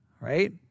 right